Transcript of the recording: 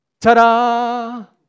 Ta-da